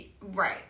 Right